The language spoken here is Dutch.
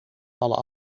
vallen